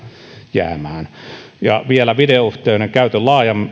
jäämään ja vielä videoyhteyden käytön